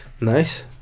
Nice